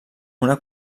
una